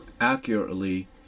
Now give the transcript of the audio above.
accurately